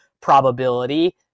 probability